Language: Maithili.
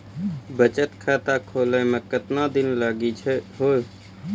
बचत खाता खोले मे केतना दिन लागि हो?